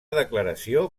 declaració